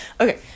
Okay